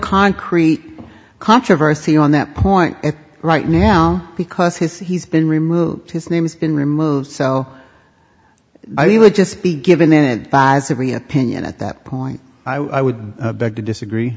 concrete controversy on that point right now because his he's been removed his name has been removed so i would just be given then opinion at that point i would beg to disagree